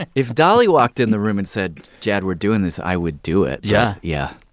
and if dolly walked in the room and said, jad, we're doing this, i would do it yeah yeah.